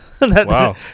Wow